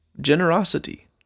generosity